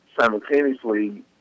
simultaneously